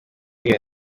iyo